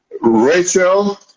rachel